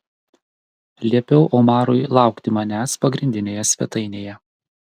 liepiau omarui laukti manęs pagrindinėje svetainėje